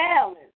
balance